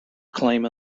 claim